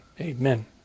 Amen